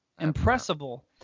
Impressible